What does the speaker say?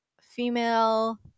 female